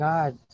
God